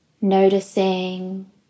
Noticing